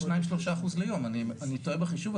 זו הטעיה.